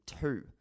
two